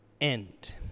end